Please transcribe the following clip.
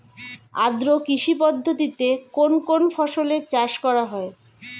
আদ্র কৃষি পদ্ধতিতে কোন কোন ফসলের চাষ করা হয়?